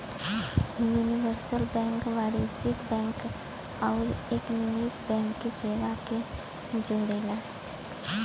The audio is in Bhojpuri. यूनिवर्सल बैंक वाणिज्यिक बैंक आउर एक निवेश बैंक की सेवा के जोड़ला